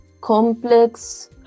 complex